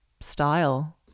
style